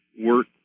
work